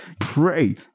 Pray